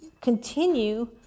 continue